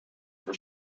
for